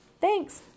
Thanks